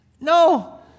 No